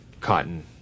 cotton